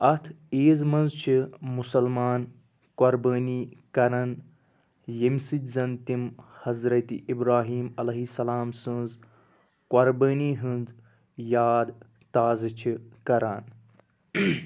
اَتھ عیٖز منٛز چھُ مُسلمان قۄربٲنی کران ییٚمہِ سۭتۍ زَن تِم حضرَتِ ابرایٖم علیہ سلام سٕنز قۄربٲنی ہٕنز یاد تازٕ چھِ کران